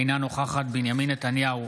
אינה נוכחת בנימין נתניהו,